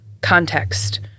context